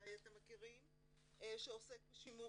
שבוודאי אתם מכירים, שעוסק בשימור